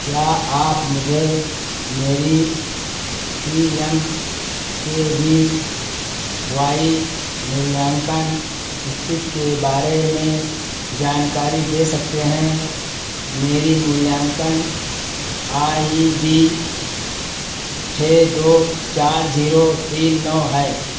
क्या आप मुझे मेरी P M K V Y मूल्यांकन स्थिति के बारे में जानकारी दे सकते हैं मेरी मूल्यांकन आई ई डी छः दो चार जीरो तीन नौ है